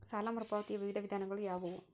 ಸಾಲ ಮರುಪಾವತಿಯ ವಿವಿಧ ವಿಧಾನಗಳು ಯಾವುವು?